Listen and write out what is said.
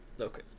Okay